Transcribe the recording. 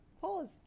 Pause